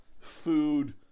food